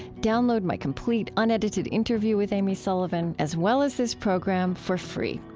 download my complete unedited interview with amy sullivan as well as this program for free.